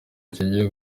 kigiye